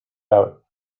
out